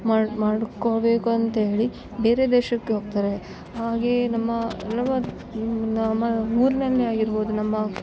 ಮಾಡು ಮಾಡಿಕೋಬೇಕು ಅಂತೇಳಿ ಬೇರೆ ದೇಶಕ್ಕೆ ಹೋಗ್ತಾರೆ ಹಾಗೆ ನಮ್ಮ ಅನುಭವದ್ ನಮ್ಮ ಊರ್ನಲ್ಲೆ ಆಗಿರ್ಬೌದು ನಮ್ಮ